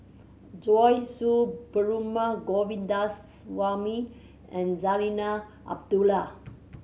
Joyce Perumal Govindaswamy and Zarinah Abdullah